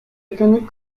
ekonomik